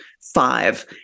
five